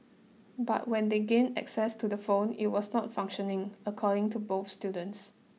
but when they gained access to the phone it was not functioning according to both students